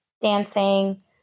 dancing